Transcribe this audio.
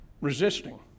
resisting